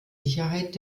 sicherheit